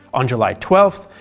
on july twelve,